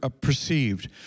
perceived